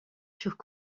furent